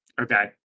Okay